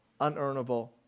unearnable